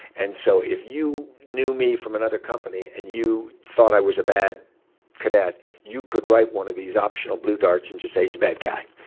and so if you knew me from another company and you thought i was a bad cadet, you could write one of these optional blue darts and just say, he's a bad guy.